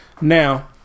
now